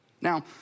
Now